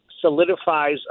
solidifies